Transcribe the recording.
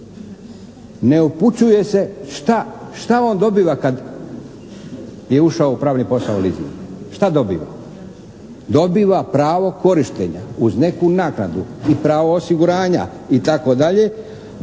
Ne upućuje se šta on dobiva kad je ušao u pravni posao leasinga. Šta dobiva? Dobiva pravo korištenja uz neku naknadu ili pravo osiguranja itd.